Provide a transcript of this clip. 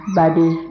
body